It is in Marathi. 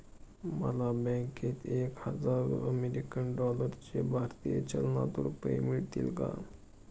मला बँकेत एक हजार अमेरीकन डॉलर्सचे भारतीय चलनात रुपये मिळतील का?